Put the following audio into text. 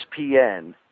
ESPN